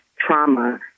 trauma